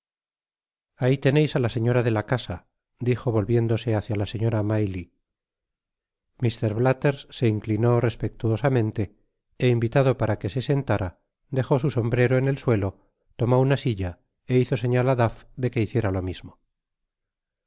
ahi teneis á la señora de la casa dijo volviéndose hacia la señora may lie mr biathers se inclinó respetuosamente é invitado para que se sentára dejo su sombrero en el suelo tomó una silla é hizo señal á duff de que hiciera lo mismo